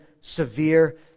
severe